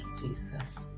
Jesus